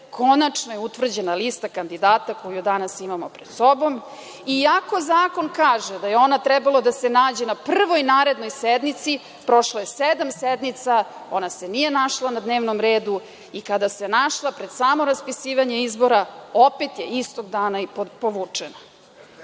konačno je utvrđena lista kandidata, koju danas imamo pred sobom, iako zakon kaže da je ona trebalo da se nađe na prvoj narednoj sednici, prošlo je sedam sednica, ona se nije našla na dnevnom redu i kada se našla, pred samo raspisivanje izbora, opet je istog dana i povučena. Ne